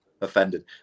offended